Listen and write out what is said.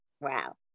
Wow